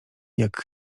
jak